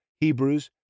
Hebrews